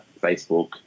Facebook